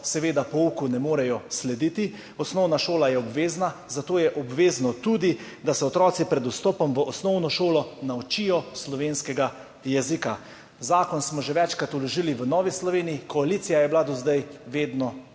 seveda pouku ne morejo slediti. Osnovna šola je obvezna, zato je obvezno tudi, da se otroci pred vstopom v osnovno šolo naučijo slovenskega jezika. Zakon smo že večkrat vložili v Novi Sloveniji, koalicija je bila do zdaj vedno